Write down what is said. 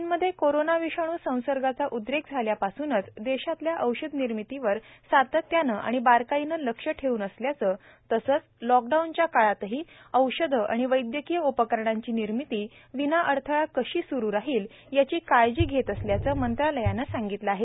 चीनमध्ये कोरोना विषाणू संसर्गाचा उद्रेक झाल्यापासूनच देशातल्या औषधनिर्मितीवर सातत्यानं आणि बारकाईनं लक्ष ठेवून असल्याचं तसंच लॉक डाऊनच्या काळातही औषधं आणि वैदयकीय उपकरणांची निर्मिती विनाअडथळा कशी स्रू राहील याचीही काळजी घेत असल्याचं मंत्रालयानं सांगितलं आहे